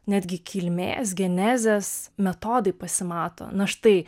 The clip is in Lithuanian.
netgi kilmės genezės metodai pasimato na štai